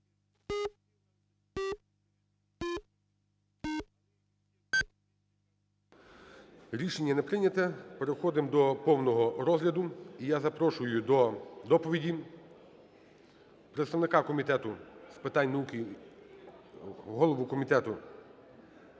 Рішення не прийнято. Переходимо до повного розгляду. І я запрошую до доповіді представника Комітету з питань науки і… голову комітету Співаковського